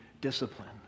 discipline